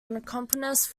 accompanist